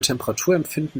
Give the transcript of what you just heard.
temperaturempfinden